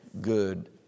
good